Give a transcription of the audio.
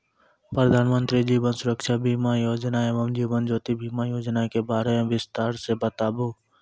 प्रधान मंत्री जीवन सुरक्षा बीमा योजना एवं जीवन ज्योति बीमा योजना के बारे मे बिसतार से बताबू?